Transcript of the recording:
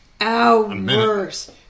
Hours